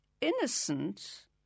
Innocent